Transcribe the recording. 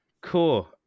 cool